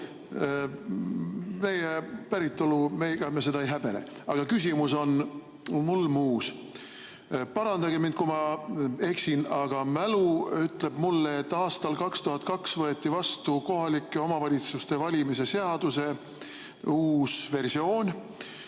Meie päritolu – ega me seda ei häbene. Aga küsimus on mul muus. Parandage mind, kui ma eksin, aga mälu ütleb mulle, et aastal 2002 võeti vastu kohalike omavalitsuste valimise seaduse uus versioon,